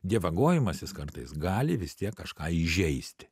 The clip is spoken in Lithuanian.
dievagojimasis kartais gali vis tiek kažką įžeisti